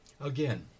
Again